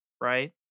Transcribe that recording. right